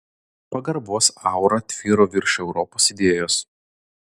pagarbos aura tvyro virš europos idėjos